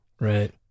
Right